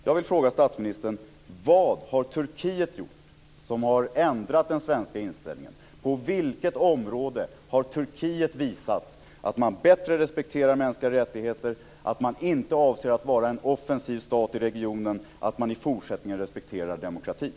Jag vill fråga statsministern: Vad har Turkiet gjort som har ändrat den svenska inställningen? På vilket område har Turkiet visat att man bättre respekterar mänskliga rättigheter, att man inte avser att vara en offensiv stat i regionen och att man i fortsättningen kommer att respektera demokratin?